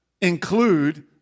include